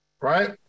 right